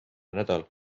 nädal